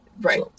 Right